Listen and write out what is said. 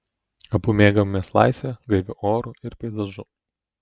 abu mėgaujamės laisve gaiviu oru ir peizažu